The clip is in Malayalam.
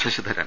ശശിധരൻ